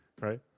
right